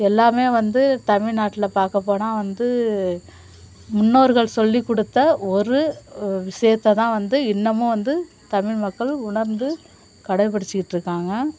எல்லாம் வந்து தமிழ்நாட்டில் பார்க்க போனால் வந்து முன்னோர்கள் சொல்லிக்கொடுத்த ஒரு விஷயத்த தான் வந்து இன்னமும் வந்து தமிழ் மக்கள் உணர்ந்து கடைபிடிச்சிக்கிட்டு இருக்காங்க